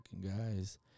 guys